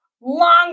long